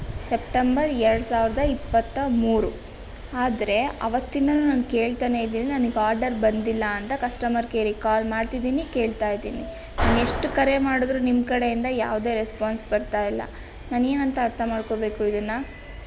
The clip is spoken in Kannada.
ಸೆಪ್ಟೆಂಬರ್ ಎರಡು ಸಾವಿರದ ಇಪ್ಪತ್ತ ಮೂರು ಆದರೆ ಆವತ್ತಿಂದಲೂ ನಾನು ಕೇಳ್ತಾನೇ ಇದ್ದೀನಿ ನನಗೆ ಆಡರ್ ಬಂದಿಲ್ಲ ಅಂತ ಕಸ್ಟಮರ್ ಕೇರಿಗೆ ಕಾಲ್ ಮಾಡ್ತಿದ್ದೀನಿ ಕೇಳ್ತಾ ಇದ್ದೀನಿ ನಾನು ಎಷ್ಟು ಕರೆ ಮಾಡಿದ್ರೂ ನಿಮ್ಮ ಕಡೆಯಿಂದ ಯಾವುದೇ ರೆಸ್ಪಾನ್ಸ್ ಬರ್ತಾ ಇಲ್ಲ ನಾನೇನಂತ ಅರ್ಥ ಮಾಡ್ಕೋಬೇಕು ಇದನ್ನು